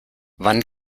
wann